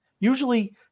Usually